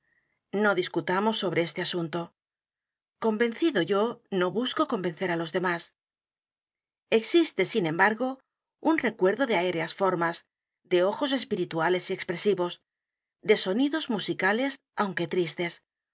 no discutamos sobre este asunto convencido yo no busco convencer á los demás existe sin embargo un recuerdo de aéreas formas de ojos espirituales y expresivos de sonidos musicales aunque